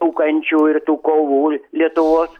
tų kančių ir tų kovų lietuvos